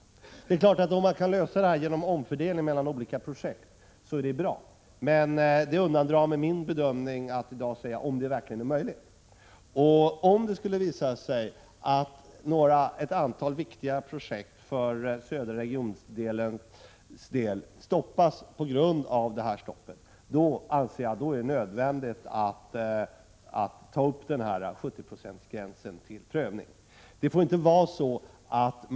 Om det går att lösa problemet genom omfördelning av olika projekt är det bra, men det undandrar sig min bedömning att säga om det verkligen är möjligt. Om det skulle visa sig att ett antal viktiga projekt för södra regionens del hindras på grund av detta stopp, är det nödvändigt att ta upp 70-procentsgränsen till prövning.